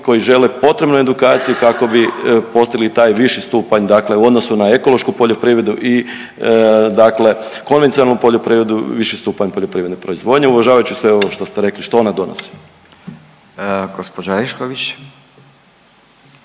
koji žele potrebnu edukaciju kako bi postigli taj viši stupanj u odnosu na ekološku poljoprivredu i konvencionalnu poljoprivredu viši stupanja poljoprivredne proizvodnje uvažavajući sve ovo što ste rekli što ona donosi.